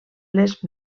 les